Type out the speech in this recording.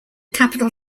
capital